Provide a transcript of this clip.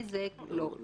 במצב כזה אנחנו לא נוגעים,